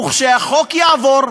וכשהחוק יעבור,